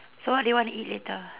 so what do you wanna eat later